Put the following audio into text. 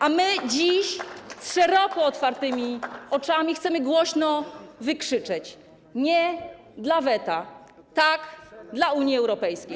A my dziś z szeroko otwartymi oczami chcemy głośno wykrzyczeć: Nie dla weta, tak dla Unii Europejskiej!